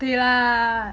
对 lah